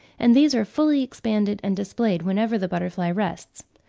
and these are fully expanded and displayed whenever the butterfly rests.